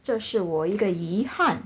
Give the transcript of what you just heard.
这是我一个遗憾